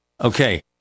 Okay